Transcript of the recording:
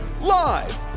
Live